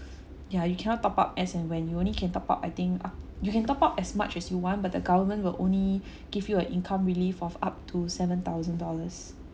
ya you cannot top up as and when you only can top up I think up you can top up as much as you want but the government will only give you a income relief of up to seven thousand dollars